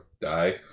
die